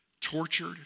tortured